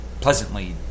pleasantly